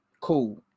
cool